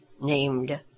named